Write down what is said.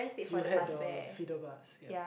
you had the feeder bus ya